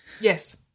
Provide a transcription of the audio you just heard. Yes